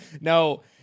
No